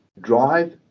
drive